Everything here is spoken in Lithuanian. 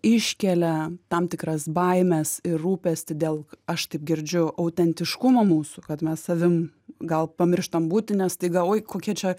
iškelia tam tikras baimes ir rūpestį dėl aš taip girdžiu autentiškumo mūsų kad mes savim gal pamirštam būti ne staiga oi kokie čia